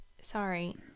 Sorry